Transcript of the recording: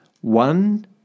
One